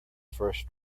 first